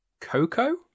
Coco